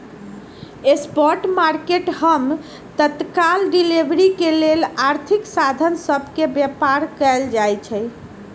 spot market हम तत्काल delivery के लेल आर्थिक साधन सभ के व्यापार कयल जाइ छइ